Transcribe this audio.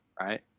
right